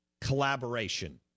collaboration